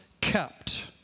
kept